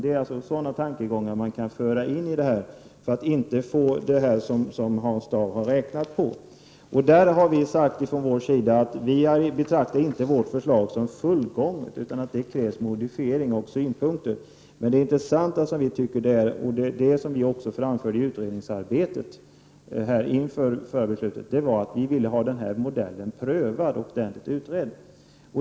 Det är sådana tankegångar man kan föra in i detta. Då får man inte de resultat som Hans Dau fick med sina beräkningar. Vi har sagt att vi inte betraktar vårt förslag som fullgånget. Det krävs modifiering och synpunkter. Det viktigaste är, och det framförde vi också i utredningsarbetet inför beslutet, att vi ville ha den här modellen prövad och ordentligt utredd.